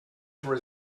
for